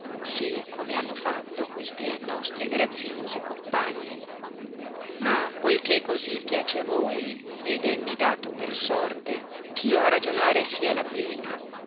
sì come hanno fatto queste nostre graziose compagne ma poiché così piace a voi ed emmi dato per sorte eh io a ragionare sia la prima